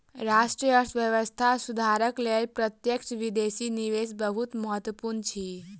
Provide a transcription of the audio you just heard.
राष्ट्रक अर्थव्यवस्था सुधारक लेल प्रत्यक्ष विदेशी निवेश बहुत महत्वपूर्ण अछि